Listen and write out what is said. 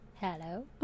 hello